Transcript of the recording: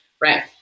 right